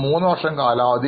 മൂന്നു വർഷം കാലാവധി